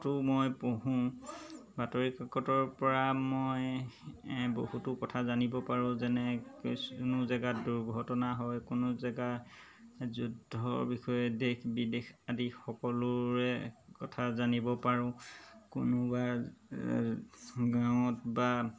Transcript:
তো মই পঢ়োঁ বাতৰি কাকতৰ পৰা মই বহুতো কথা জানিব পাৰোঁ যেনে কিছু কোনো জেগাত দুৰ্ঘটনা হয় কোনো জেগা যুদ্ধৰ বিষয়ে দেশ বিদেশ আদি সকলোৰে কথা জানিব পাৰোঁ কোনোবা এ গাঁৱত বা